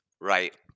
right